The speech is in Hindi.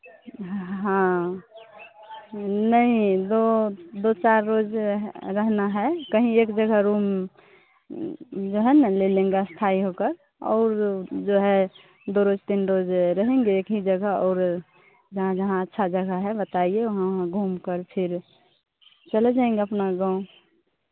हाँ नहीं दो दो चार रोज रहना है कहीं एक जगह रूम जो है ना ले लेंगे स्थायी हो कर और जो है दो रोज तीन रोज रहेंगे एक ही जगह और जहाँ जहाँ अच्छा जगह है बताइए वहाँ वहाँ घूमकर फिर चले जाएंगे अपना गाँव